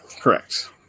Correct